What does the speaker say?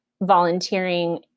volunteering